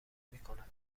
میکند